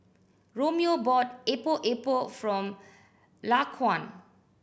Romeo bought Epok Epok from Laquan